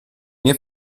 mia